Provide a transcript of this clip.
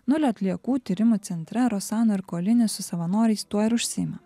nulio atliekų tyrimų centre rosano erkolini su savanoriais tuo ir užsiima